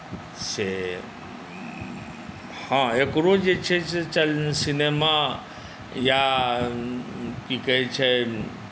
से हँ एकरो जे छै से चल सिनेमा या की कहैत छै